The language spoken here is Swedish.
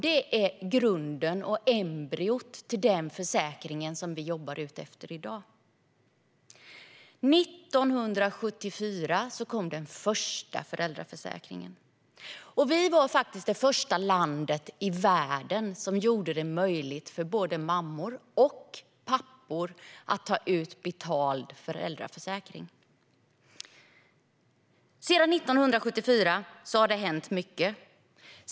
Det är grunden och embryot till den försäkring som vi jobbar efter i dag. År 1974 kom den första föräldraförsäkringen. Vi var det första landet i världen som gjorde det möjligt för både mammor och pappor att ta ut betald ledighet med föräldraförsäkring. Sedan 1974 har mycket hänt.